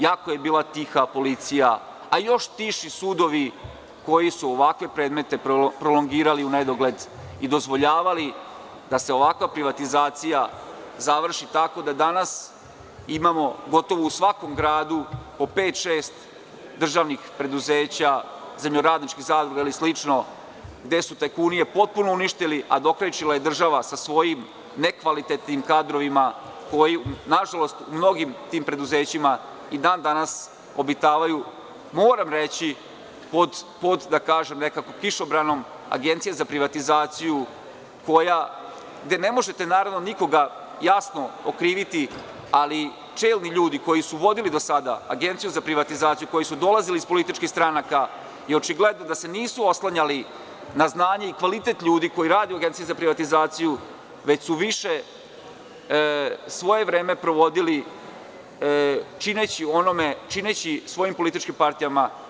Jako je bila tiha policija, a joštiši sudovi koji su ovakve predmete prolongirali u nedogled i dozvoljavali da se ovakva privatizacija završi tako da imamo u svakom gradu po pet-šest državnih preduzeća, zemljoradničkih zadruga i slično, koje su tajkuni potpuno uništili, a dokrajčila je država sa svojim nekvalitetnim kadrovima, koji u tim preduzećima obitavaju, moram reći, pod kišobranom Agencije za privatizaciju, gde ne možete nikoga jasno okriviti, ali čelni ljudi koji su vodili Agenciju za privatizaciju, koji su dolazili iz političkih stranaka, očigledno da se nisu oslanjali na znanje i kvalitet ljudi koji rade u Agenciji za privatizaciju, već su više svoje vreme provodili čineći svojim političkim partijama.